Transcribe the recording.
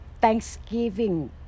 Thanksgiving